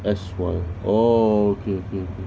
S Y orh okay okay okay